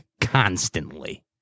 constantly